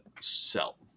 sell